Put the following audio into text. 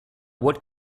what